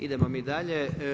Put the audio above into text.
Idemo mi dalje.